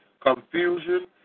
confusion